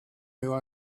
who